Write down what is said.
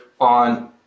on